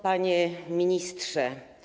Panie Ministrze!